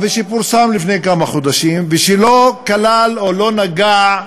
ופורסם לפני כמה חודשים, ולא כלל, או לא נגע,